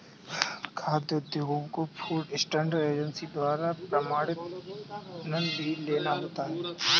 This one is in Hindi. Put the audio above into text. खाद्य उद्योगों को फूड स्टैंडर्ड एजेंसी द्वारा प्रमाणन भी लेना होता है